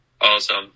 Awesome